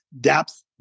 depth